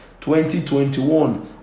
2021